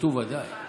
הוקלטו בוודאי.